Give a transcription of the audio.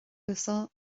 uasal